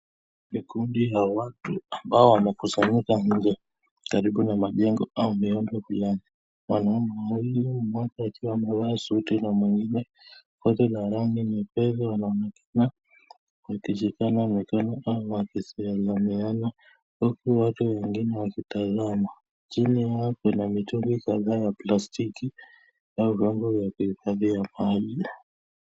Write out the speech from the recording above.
Ni kundi ya watu ambao wamekusanyika nje karibu na majengo au miundi Fulani. Mwanaume huyu mmoja akiwa amevaa suti na mwingine koti la rangi nyepesi wanaonekana wakishikana mikono au wakisalimiana, huku watu wengine wakitazama. Chini yao Kuna mitungi kadhaa ya plastiki au vyombo ya kuhifathia maji.